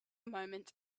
moment